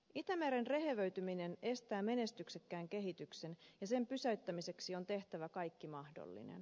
itämeren rehevöityminen estää menestyksekkään kehityksen ja sen pysäyttämiseksi on tehtävä kaikki mahdollinen